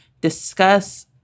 discuss